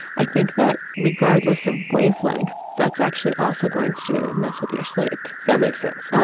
i think that regardless of wavelength, that's actually also going to mess with your sleep. that makes sense.